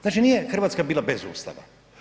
Znači nije Hrvatska bila bez Ustava.